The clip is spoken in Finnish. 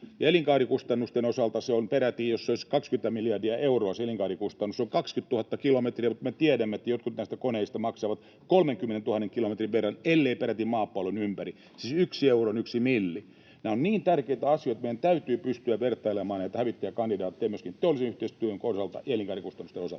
elinkaarikustannusten osalta se on peräti, jos se elinkaarikustannus olisi 20 miljardia euroa, 20 000 kilometriä, mutta me tiedämme, että jotkut näistä koneista maksavat 30 000 kilometrin verran, elleivät peräti maapallon ympäri — siis 1 euro on 1 milli. Nämä ovat niin tärkeitä asioita, että meidän täytyy pystyä vertailemaan näitä hävittäjäkandidaatteja myöskin teollisen yhteistyön kohdalta ja elinkaarikustannusten osalta.